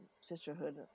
sisterhood